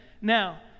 Now